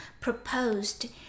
proposed